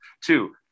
Two